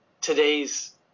today's